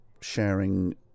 sharing